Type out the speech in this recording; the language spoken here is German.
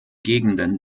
gegenden